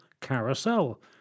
Carousel